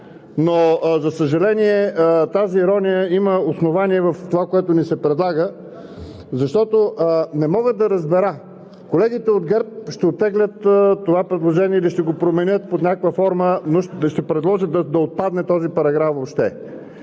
Но, за съжаление, тази ирония има основание в това, което ни се предлага. Защото не мога да разбера! Колегите от ГЕРБ ще оттеглят това предложение или ще го променят под някаква форма, но ще предложат да отпадне този параграф въобще.